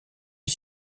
est